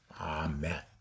Amen